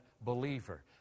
believer